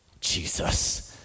Jesus